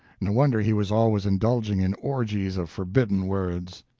no wonder he was always indulging in orgies of forbidden words.